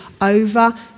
over